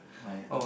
why